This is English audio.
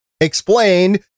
explained